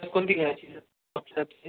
कोणती घ्यायची